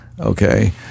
Okay